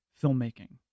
filmmaking